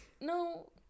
no